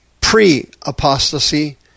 pre-apostasy